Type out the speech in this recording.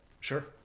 Sure